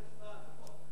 התשע"א 2011,